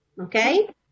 okay